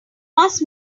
must